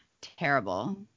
Terrible